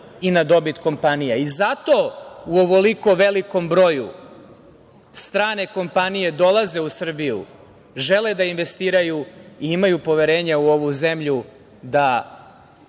i na dobit kompanija. Zato u ovolikom broju strane kompanije dolaze u Srbiju, žele da investiraju i imaju poverenja u ovu zemlju da